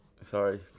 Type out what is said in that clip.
sorry